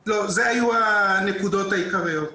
לא, אלה היו הנקודות העיקריות.